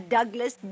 Douglas